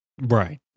Right